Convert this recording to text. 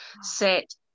set